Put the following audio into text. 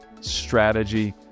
strategy